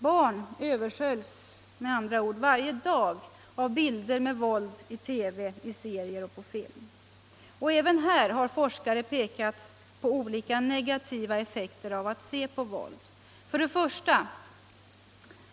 Barn översköljs med andra ord varje dag av bilder med våld i TV, i serier och på film. Även här har forskare pekat på olika negativa effekter av att se på våld. 1.